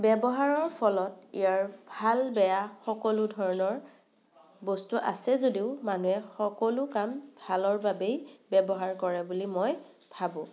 ব্যৱহাৰৰ ফলত ইয়াৰ ভাল বেয়া সকলো ধৰণৰ বস্তু আছে যদিও মানুহে সকলো কাম ভালৰ বাবেই ব্যৱহাৰ কৰে বুলি মই ভাবোঁ